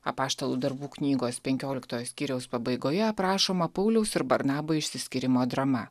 apaštalų darbų knygos penkioliktojo skyriaus pabaigoje aprašoma pauliaus ir barnabui skyrimo drama